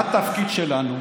מה התפקיד שלנו,